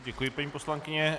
Děkuji, paní poslankyně.